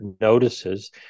notices